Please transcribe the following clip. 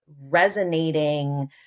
resonating